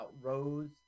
rose